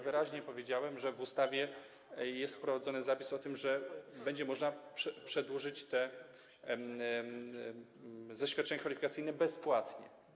Wyraźnie powiedziałem, że w ustawie jest wprowadzony zapis, że będzie można przedłużyć te zaświadczenia kwalifikacyjne bezpłatnie.